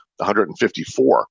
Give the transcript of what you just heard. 154